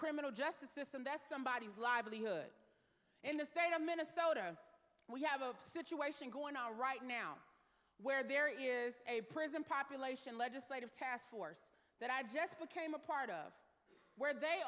criminal justice system that's somebody whose livelihood in the state of minnesota we have a situation going on right now where there is a prison population legislative task force that i just became a part of where they